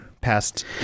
past